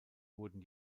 wurden